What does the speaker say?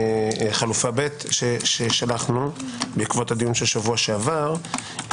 חלופה ב', ששלחנו בעקבות הדיון של שבוע שעבר.